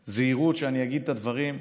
בכל הזהירות שאני אגיד את הדברים.